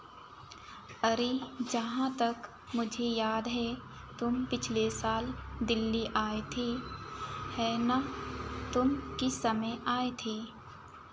अरे जहाँ तक मुझे याद है तुम पिछले साल दिल्ली आए थे है ना तुम किस समय आए थे